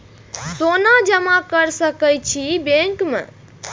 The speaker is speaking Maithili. सोना जमा कर सके छी बैंक में?